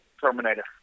Terminator